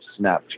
snapchat